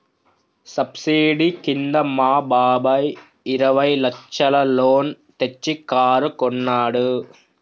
subsidy కింద మా బాబాయ్ ఇరవై లచ్చల లోన్ తెచ్చి కారు కొన్నాడు